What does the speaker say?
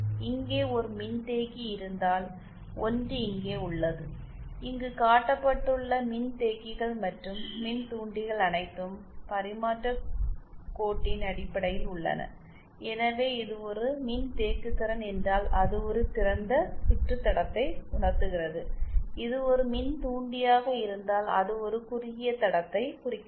இங்கே ஒரு மின்தேக்கி இருந்தால் ஒன்று இங்கே உள்ளது இங்கு காட்டப்பட்டுள்ள மின்தேக்கிகள் மற்றும் மின்தூண்டிகள் அனைத்தும் பரிமாற்றக் கோட்டின் அடிப்படையில் உள்ளன எனவே இது ஒரு மின்தேக்குதிறன் என்றால் அது ஒரு திறந்த சுற்று தடத்தை உணர்த்துகிறது இது ஒரு மின்தூண்டியாக இருந்தால் அது ஒரு குறுகிய தடத்தை குறிக்கிறது